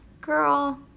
Girl